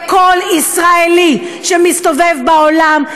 כל ישראלי שמסתובב בעולם,